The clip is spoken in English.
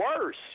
worse